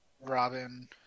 Robin